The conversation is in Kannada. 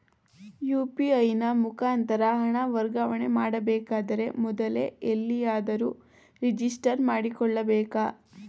ಯು.ಪಿ.ಐ ನ ಮುಖಾಂತರ ಹಣ ವರ್ಗಾವಣೆ ಮಾಡಬೇಕಾದರೆ ಮೊದಲೇ ಎಲ್ಲಿಯಾದರೂ ರಿಜಿಸ್ಟರ್ ಮಾಡಿಕೊಳ್ಳಬೇಕಾ?